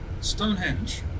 stonehenge